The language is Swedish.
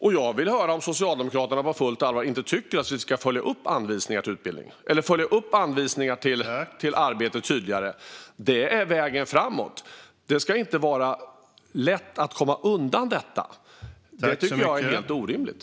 Och jag vill höra om Socialdemokraterna på fullt allvar inte tycker att vi ska följa upp anvisningar till arbete tydligare. Det är vägen framåt. Det ska inte vara lätt att komma undan detta. Det tycker jag är helt orimligt.